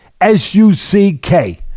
S-U-C-K